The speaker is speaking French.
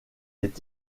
est